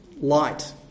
light